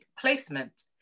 placement